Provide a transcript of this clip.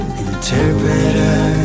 interpreter